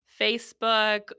Facebook